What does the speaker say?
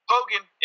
Hogan